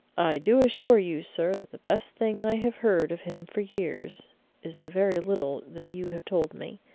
i do assure you, sir, that the best thing i have heard of him for years is the very little that you have told me.